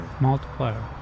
Multiplier